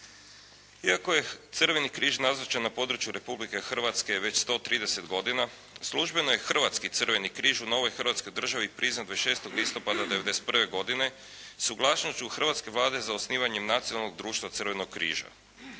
Iako je Crveni križ nazočan na području Republike Hrvatske već 130 godina službeno je Hrvatski Crveni križ u novoj Hrvatskoj državi priznat 26. listopada '91. godine suglasnošću hrvatske Vlade za osnivanjem Nacionalnog društva Crvenog križa.